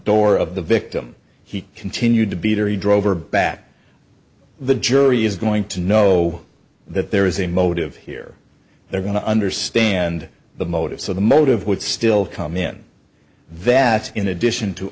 door of the victim he continued to beat her he drove her back the jury is going to know that there is a motive here they're going to understand the motive so the motive would still come in that in addition to